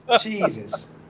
Jesus